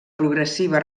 progressiva